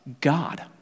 God